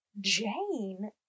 jane